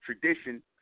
tradition